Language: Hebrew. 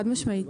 חד משמעית.